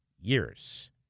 years